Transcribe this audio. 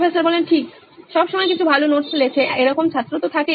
professor ঠিক সব সময় কিছু ভালো নোটস লেখে এরকম ছাত্র থাকে